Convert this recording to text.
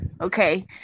Okay